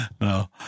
no